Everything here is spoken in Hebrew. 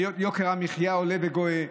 יוקר המחיה עולה וגואה,